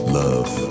love